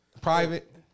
Private